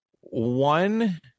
one